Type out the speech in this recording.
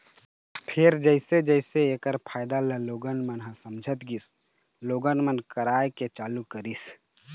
फेर जइसे जइसे ऐखर फायदा ल लोगन मन ह समझत गिस लोगन मन कराए के चालू करिस